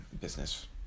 business